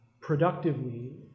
productively